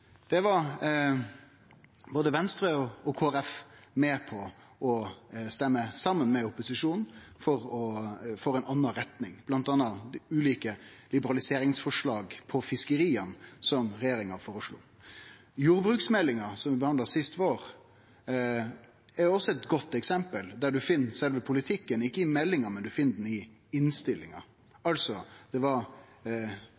Både Venstre og Kristeleg Folkeparti var med på å stemme saman med opposisjonen for ei anna retning, bl.a. imot ulike liberaliseringsforslag for fiskeria som regjeringa foreslo. Jordbruksmeldinga som vi behandla sist vår, er òg eit godt eksempel på at ein ikkje finn sjølve politikken i meldinga, men i innstillinga. Det var opposisjonen – fleirtalet på Stortinget, som ikkje sit i